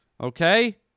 Okay